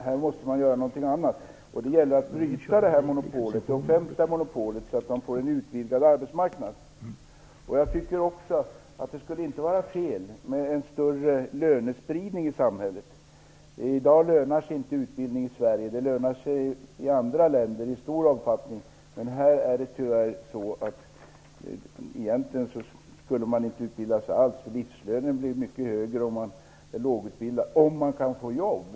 Här måste man göra något annat. Det gäller att bryta det offentliga monopolet så att de får en utvidgad arbetsmarknad. Jag tycker inte heller att det skulle vara fel med en större lönespridning i samhället. I dag lönar sig inte utbildning i Sverige. Det lönar sig i andra länder i stor omfattning, men här är det tyvärr så att man egentligen inte skulle utbilda sig alls. Livslönen blir mycket högre om man är lågutbildad, om man kan få jobb.